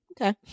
Okay